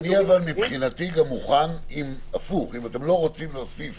אני מוכן הפוך אם אתם לא רוצים להוסיף